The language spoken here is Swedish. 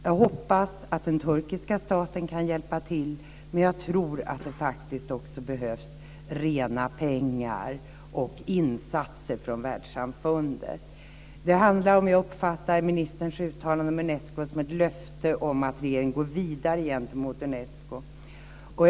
Jag hoppas att den turkiska staten kan hjälpa till, men jag tror att det faktiskt också behövs rena pengar och insatser från världssamfundet. Om jag uppfattade ministerns uttalande om Unesco rätt så handlar det om ett löfte om att regeringen går vidare gentemot Unesco.